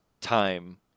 time